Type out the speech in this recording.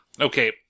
okay